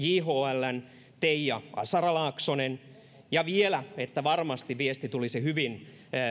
jhln teija asara laaksonen ja vielä niin että varmasti viesti tulisi hyvin